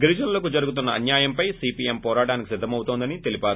గిరిజనులకు జరుగుతున్న అన్యాయంపై సీపీఎం పోరాటానికి సిద్దమవుతోందని తెలిపారు